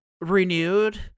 Renewed